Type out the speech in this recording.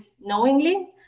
knowingly